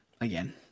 again